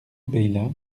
bayle